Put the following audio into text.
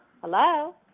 Hello